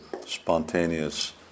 spontaneous